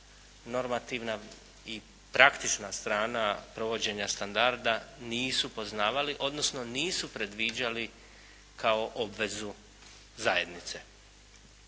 normativna i praktična strana provođenja standarda nisu poznavali, odnosno nisu predviđali kao obvezu zajednice.